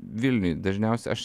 vilniuj dažniausia aš